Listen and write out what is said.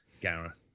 Gara